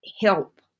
help